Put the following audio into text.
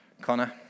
connor